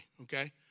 okay